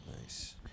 Nice